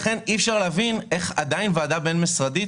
לכן אי אפשר להבין איך עדיין ועדה בין-משרדית